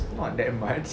it's not that much